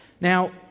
now